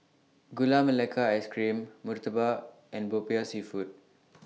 Gula Melaka Ice Cream Murtabak and Popiah Seafood